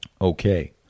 Okay